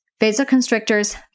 vasoconstrictors